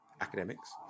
academics